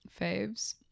faves